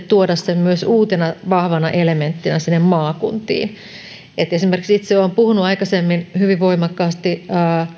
tuoda sen uutena vahvana elementtinä sinne maakuntiin esimerkiksi itse olen puhunut aikaisemmin hyvin voimakkaasti